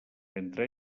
entre